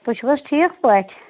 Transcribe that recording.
تُہۍ چھُو حظ ٹھیٖک پٲٹھۍ